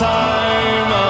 time